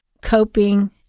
coping